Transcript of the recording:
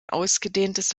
ausgedehntes